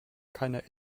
keiner